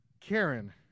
Karen